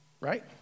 right